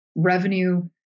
Revenue